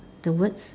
the words